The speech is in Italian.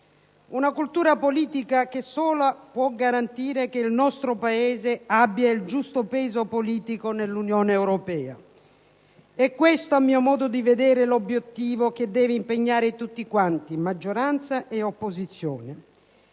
Una cultura politica che sola può garantire che il nostro Paese abbia il giusto peso politico nell'Unione europea. È questo a mio modo di vedere l'obiettivo che deve impegnare tutti quanti, maggioranza e opposizione,